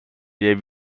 der